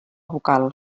vocal